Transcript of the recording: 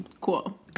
Cool